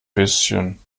bisschen